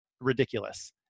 ridiculous